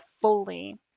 fully